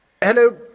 Hello